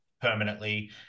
permanently